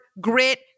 grit